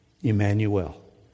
Emmanuel